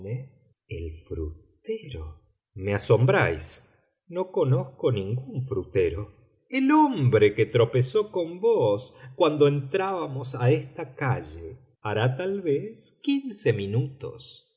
el frutero me asombráis no conozco ningún frutero el hombre que tropezó con vos cuando entrábamos a esta calle hará tal vez quince minutos